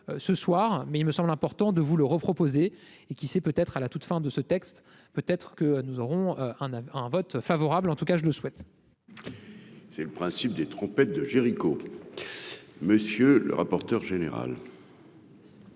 ce soir mais il me semble important de vous le reproposer et qui sait, peut-être à la toute fin de ce texte peut être que nous aurons un à un vote favorable, en tout cas je le souhaite. C'est. Principe des trompettes de Jéricho, monsieur le rapporteur général.